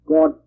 God